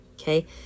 Okay